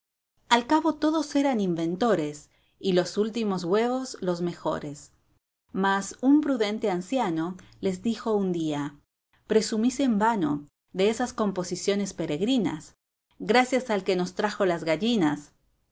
al cabo todos eran inventores y los últimos huevos los mejores mas un prudente anciano les dijo un día presumís en vano de esas composiciones peregrinas gracias al que nos trajo las gallinas